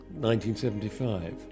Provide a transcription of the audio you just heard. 1975